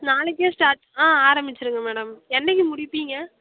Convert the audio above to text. நாளைக்கே ஸ்டாட் ஆ ஆரம்பிச்சுருங்க மேடம் என்றைக்கி முடிப்பீங்க